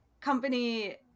Company